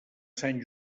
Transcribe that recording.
sant